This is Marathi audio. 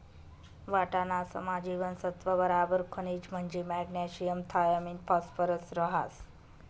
वाटाणासमा जीवनसत्त्व बराबर खनिज म्हंजी मॅग्नेशियम थायामिन फॉस्फरस रहास